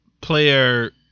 player